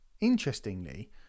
interestingly